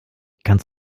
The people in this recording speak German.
kannst